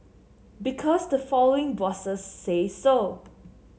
because the following bosses say so